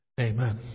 amen